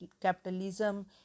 capitalism